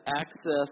access